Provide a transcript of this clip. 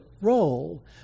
role